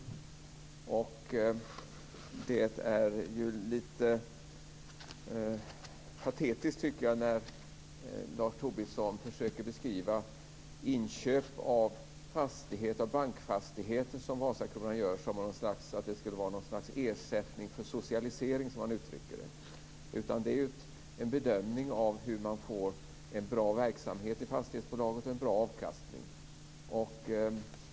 Jag tycker att det är lite patetiskt när Lars Tobisson försöker beskriva inköp av bankfastigheter som Vasakronan gör som ett slags ersättning för socialisering. I stället handlar det om en bedömning av hur man får en bra verksamhet i fastighetsbolagen och en bra avkastning.